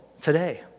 today